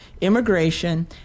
immigration